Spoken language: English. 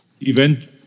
event